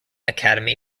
academy